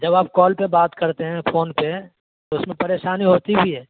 جب آپ کال پہ بات کرتے ہیں فون پہ تو اس میں پریشانی ہوتی بھی ہے